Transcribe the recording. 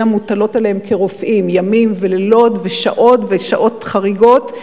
מוטלות עליהם כרופאים: ימים ולילות ושעות שעות חריגות.